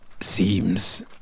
seems